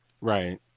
right